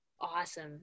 Awesome